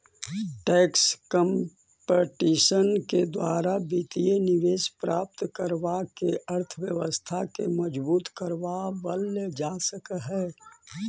tax competition के द्वारा वित्तीय निवेश प्राप्त करवा के अर्थव्यवस्था के मजबूत करवा वल जा हई